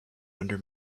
under